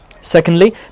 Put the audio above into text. secondly